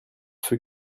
ceux